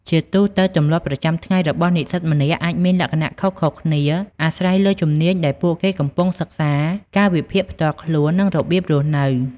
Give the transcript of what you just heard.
ជាទូទៅ ទម្លាប់ប្រចាំថ្ងៃរបស់និស្សិតម្នាក់អាចមានលក្ខណៈខុសៗគ្នាអាស្រ័យលើជំនាញដែលពួកគេកំពុងសិក្សា កាលវិភាគផ្ទាល់ខ្លួន និងរបៀបរស់នៅ។